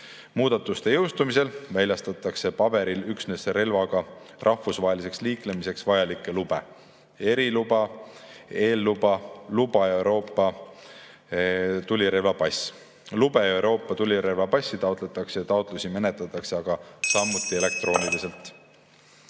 Muudatuste jõustumise korral väljastatakse paberil üksnes relvaga rahvusvaheliseks liiklemiseks vajalikke lube: eriluba, eelluba, luba ja Euroopa tulirelvapass. Lube ja Euroopa tulirelvapasse taotletakse ja taotlusi menetletakse samuti elektrooniliselt.